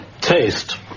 Taste